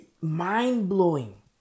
mind-blowing